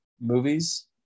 movies